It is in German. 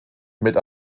mit